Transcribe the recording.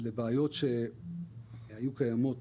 אלה בעיות שהיו קיימות